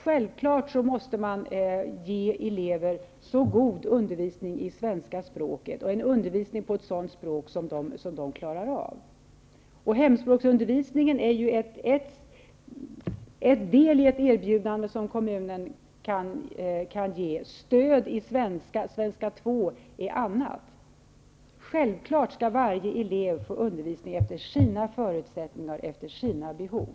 Man måste ge elever så god undervisning i svenska språket och på ett sådant språk att de klarar av det. Hemspråksundervisning är en del av ett erbjudande som kommunen kan ge. Stöd i svenska och svenska 2 är andra delar. Varje elev skall självfallet få undervisning efter sina förutsättningar och behov.